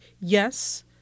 Yes